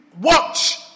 watch